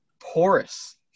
porous